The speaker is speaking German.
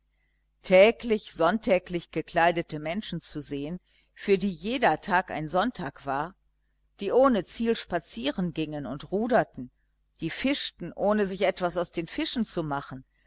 täglich sonntäglich gekleidete menschen zu sehen für die jeder tag ein sonntag war die ohne ziel spazieren gingen und ruderten die fischten ohne sich etwas aus den fischen zu machen